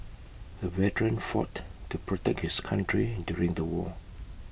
the veteran fought to protect his country during the war